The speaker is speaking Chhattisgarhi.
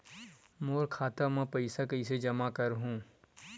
मोर खाता म पईसा कइसे जमा करहु?